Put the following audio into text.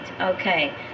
Okay